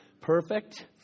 Perfect